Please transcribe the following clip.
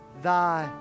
thy